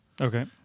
Okay